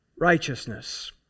Righteousness